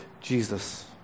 Jesus